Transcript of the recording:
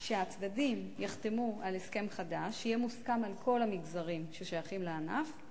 שהצדדים יחתמו על הסכם חדש שיהיה מוסכם על כל המגזרים ששייכים לענף,